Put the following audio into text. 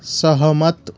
सहमत